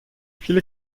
viele